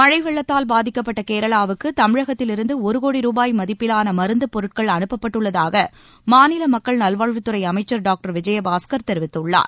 மழை வெள்ளத்தால் பாதிக்கப்பட்ட கேரளாவுக்கு தமிழகத்திலிருந்து ஒரு கோடி ரூபாய் மதிப்பிலான மருந்து பொருட்கள் அனுப்பப்பட்டுள்ளதாக மாநில மக்கள் நல்வாழ்வுத்துறை அமைச்சர் டாக்டர் விஜயபாஸ்கர் தெரிவித்துள்ளார்